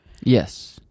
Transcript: Yes